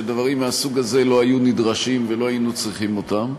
שדברים מהסוג הזה לא היו נדרשים ולא היינו צריכים אותם.